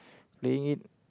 playing it